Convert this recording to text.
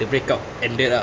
the break up ended ah